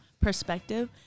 perspective